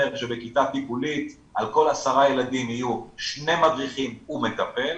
שבכיתה טיפולית על כל 10 ילדים יהיו שני מדריכים ומטפל,